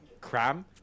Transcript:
cram